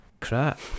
crap